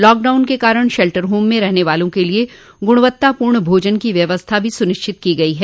lockdown के कारण shelter home में रहने वालों के लिये गुणवत्ता पूर्ण भोजन की व्यवस्था भी सुनिश्चित की गई है